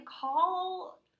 call